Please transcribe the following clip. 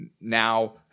now